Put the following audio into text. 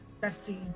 Betsy